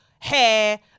hair